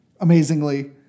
amazingly